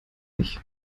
euch